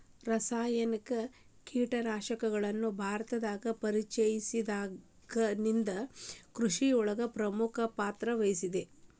ರಾಸಾಯನಿಕ ಕೇಟನಾಶಕಗಳು ಭಾರತದಾಗ ಪರಿಚಯಸಿದಾಗನಿಂದ್ ಕೃಷಿಯೊಳಗ್ ಪ್ರಮುಖ ಪಾತ್ರವಹಿಸಿದೆ